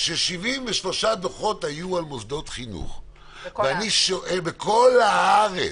ש-73 דוחות ניתנו למוסדות חינוך בכל הארץ.